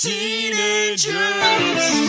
Teenagers